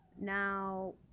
Now